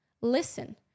listen